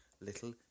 little